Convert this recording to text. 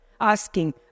asking